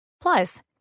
Plus